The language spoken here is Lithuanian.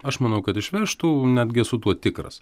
aš manau kad išvežtų netgi esu tuo tikras